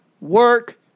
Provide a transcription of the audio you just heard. work